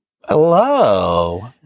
Hello